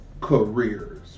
careers